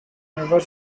never